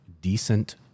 decent